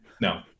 no